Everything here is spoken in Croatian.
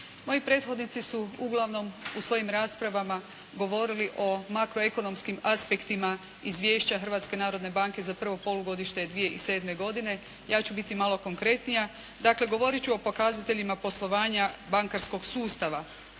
Moji prethodnici su uglavnom u svojim raspravama govorili o makroekonomskim aspektima izvješća Hrvatske narodne banke za prvo polugodište 2007. godine. Ja ću malo biti konkretnija. Dakle, govorit ću o pokazateljima poslovanja bankarskog sustava